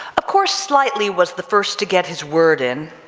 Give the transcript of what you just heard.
of course slightly was the first to get his word in,